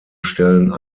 stellen